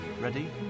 Ready